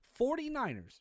49ers